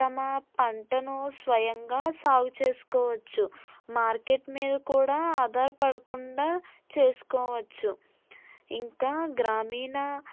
తమ పంటను స్వయంగా సాగు చేసుకోవచ్చు మార్కెట్ మీద కూడా ఆధారపడకుండా చేసుకోవచ్చు ఇంకా గ్రామీణ